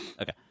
Okay